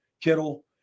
Kittle